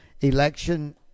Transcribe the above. election